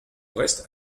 reste